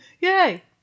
Yay